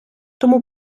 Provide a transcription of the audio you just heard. тому